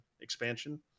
expansion